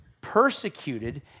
persecuted